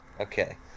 Okay